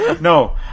no